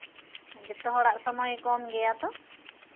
ᱡᱚᱛᱚ ᱦᱚᱲᱟᱜ ᱥᱚᱢᱚᱭ ᱠᱚᱢ ᱜᱮᱭᱟ ᱛᱚ